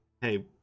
hey